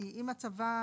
כי אם הצבא,